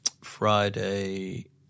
Friday